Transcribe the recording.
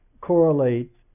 correlate